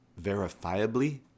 verifiably